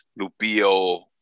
Lupio